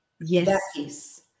yes